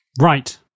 Right